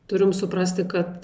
turim suprasti kad